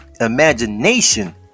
imagination